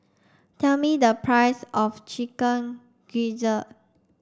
tell me the price of chicken gizzard